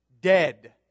dead